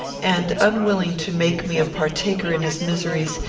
and unwilling to make me a partaker in his miseries,